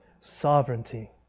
sovereignty